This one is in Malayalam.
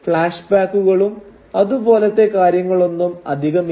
ഫ്ലാഷ്ബാക്കുകളും അതു പോലത്തെ കാര്യങ്ങളൊന്നും അധികമില്ല